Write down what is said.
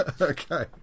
Okay